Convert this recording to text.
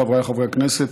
חבריי חברי הכנסת,